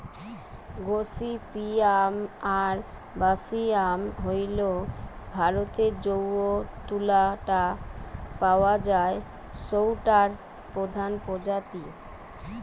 gossypium arboreum হইল ভারতরে যৌ তুলা টা পাওয়া যায় সৌটার প্রধান প্রজাতি